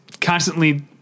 constantly